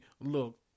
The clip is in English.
look